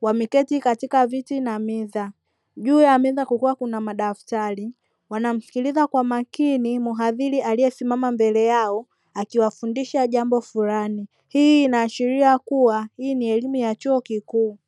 Wameketi katika viti na meza. Juu ya meza kulikuwa kuna madaftari. Wanamsikiliza kwa makini muhadhiri aliyesimama mbele yao akiwafundisha jambo fulani. Hii inaashiria kuwa hii ni elimu ya chuo kikuu.